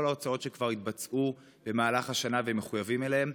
כל ההוצאות שכבר התבצעו במהלך השנה והם מחויבים בהן.